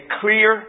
clear